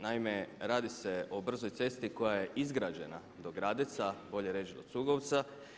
Naime, radi se o brzoj cesti koja je izgrađena do Gradeca, bolje reći do Cugovca.